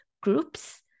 groups